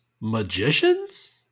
magicians